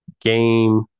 game